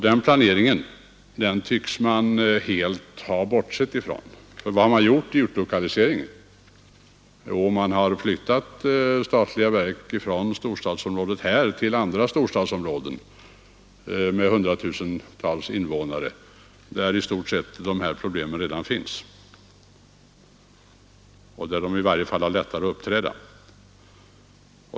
Den planeringen tycks man helt ha bortsett ifrån. För vad har man gjort vid utlokaliseringen? Man har flyttat statliga verk från Stockholms storstadsområde till andra storstadsområden med hundratusentals invånare, där det i stort sett finns samma problem eller där de i varje fall har lätt att uppträda.